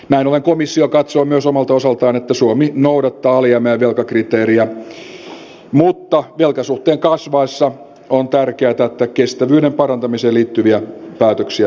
näin ollen komissio katsoo myös omalta osaltaan että suomi noudattaa alijäämä ja velkakriteeriä mutta velkasuhteen kasvaessa on tärkeätä että kestävyyden parantamiseen liittyviä päätöksiä tehdään